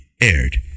aired